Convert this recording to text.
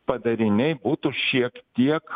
padariniai būtų šiek tiek